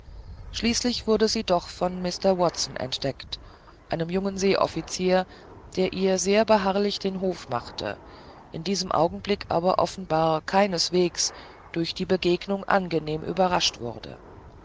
schließlich wurde sie doch von mr watson entdeckt einem jungen seeoffizier der ihr sehr beharrlich den hof machte in diesem augenblick aber offenbar keineswegs durch die begegnung angenehm überrascht wurde